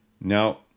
Now